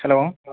hello